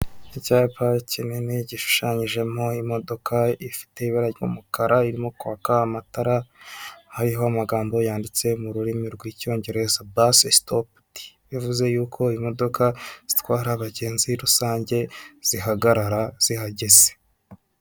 Icyapa kinini gishushanyijemo imodoka ifite ibara ry'umukara irimo kwaka amatara, hariho amagambo yanditse mu rurimi rw'icyongereza "basi sitopudi" bivuze y'uko imodoka zitwara abagenzi rusange zihagarara zihahagaze.